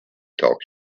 talk